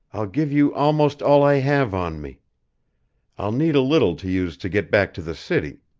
i'll give you almost all i have on me i'll need a little to use to get back to the city.